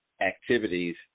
activities